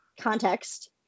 context